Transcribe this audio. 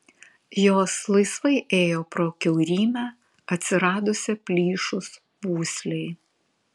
jos laisvai ėjo pro kiaurymę atsiradusią plyšus pūslei